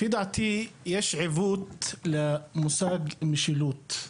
לפי דעתי יש עיוות למושג משילות.